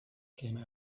came